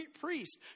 priest